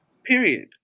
period